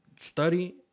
Study